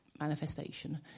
manifestation